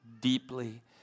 deeply